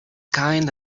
kind